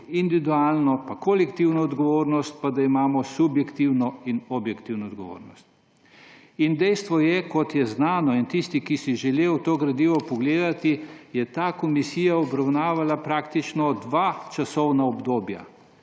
individualno pa kolektivno odgovornost pa da imamo subjektivno in objektivno odgovornost. In dejstvo je, kot je znano, in tisti, ki se je želel to gradivo pogledati, je ta komisija obravnavala praktično dva časovna obdobja.